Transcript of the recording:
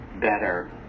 better